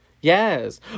Yes